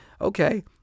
Okay